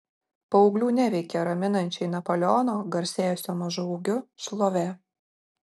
paauglių neveikia raminančiai napoleono garsėjusio mažu ūgiu šlovė